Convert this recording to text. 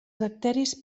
bacteris